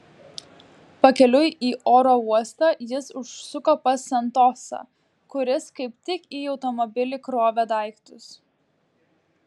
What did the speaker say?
pakeliui į oro uostą jis užsuko pas santosą kuris kaip tik į automobilį krovė daiktus